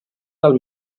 del